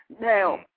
Now